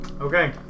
Okay